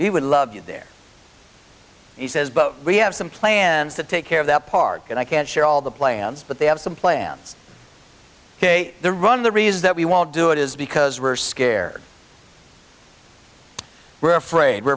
we would love you there he says but we have some plans to take care of that part and i can't share all the plans but they have some plans the run the reasons that we won't do it is because we're scared we're afraid we're